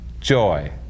joy